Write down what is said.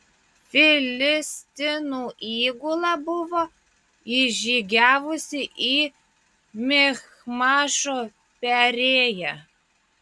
filistinų įgula buvo įžygiavusi į michmašo perėją